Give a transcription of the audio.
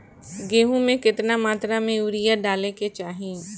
गेहूँ में केतना मात्रा में यूरिया डाले के चाही?